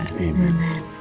Amen